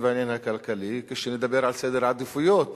והעניין הכלכלי כשנדבר על סדר העדיפויות.